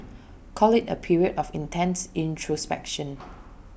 call IT A period of intense introspection